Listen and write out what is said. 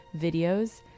videos